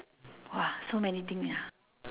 !wah! so many thing need ah